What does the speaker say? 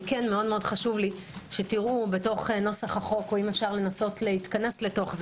חשוב לי שתראו בנוסח החוק או אם אפשרא לנסות להתכנס לזה